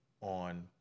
on